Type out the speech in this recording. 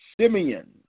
Simeon